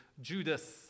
Judas